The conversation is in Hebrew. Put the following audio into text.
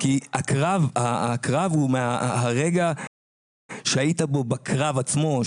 כי הקרב הוא הרגע שהיית בו בקרב עצמו,